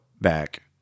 back